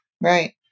Right